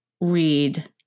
read